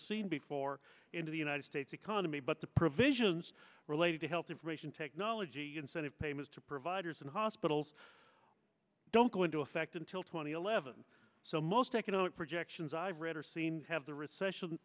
before into the united states economy but the provisions related to health information technology incentive payments to providers and hospitals don't go into effect until two thousand and eleven so most economic projections i've read or seen have the recession